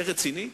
זה רציני?